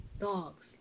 dogs